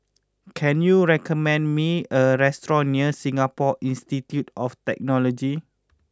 can you recommend me a restaurant near Singapore Institute of Technology